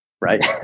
Right